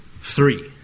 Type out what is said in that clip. Three